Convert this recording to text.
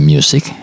Music